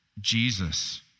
Jesus